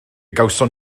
gawson